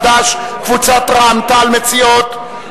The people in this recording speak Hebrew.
קבוצת חד"ש וקבוצת רע"ם-תע"ל מציעות.